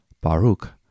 Baruch